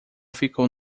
ficou